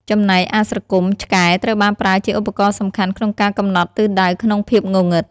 ចំណែកអាស្រគំ (ឆ្កែ) ត្រូវបានប្រើជាឧបករណ៍សំខាន់ក្នុងការកំណត់ទិសដៅក្នុងភាពងងឹត។